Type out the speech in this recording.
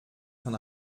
von